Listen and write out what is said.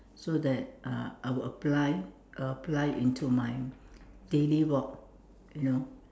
so that uh I will apply I will apply into my daily walk you know